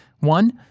One